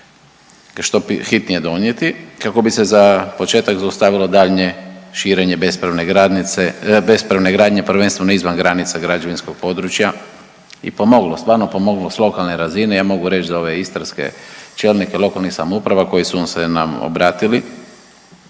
što hitnije donijeti, kako bi se za početak zaustavilo daljnje širenje bespravne gradnjice, bespravne gradnje, prvenstveno izvan granica građevinskog područja i pomoglo, stvarno pomoglo s lokalne razine, ja mogu reć za ove istarske čelnike lokalnih samouprava koji su nam se obratili,